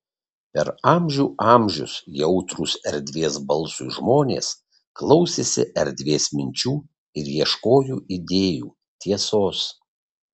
per amžių amžius jautrūs erdvės balsui žmonės klausėsi erdvės minčių ir ieškojo idėjų tiesos